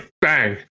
bang